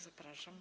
Zapraszam.